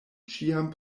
ĉiam